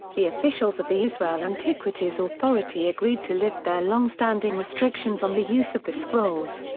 the officials of the israel antiquities authority agreed to lift their long-standing restrictions on the use of the scrolls.